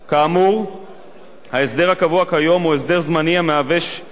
ההסדר הקבוע כיום הוא הסדר זמני שהוא שלב מעבר בין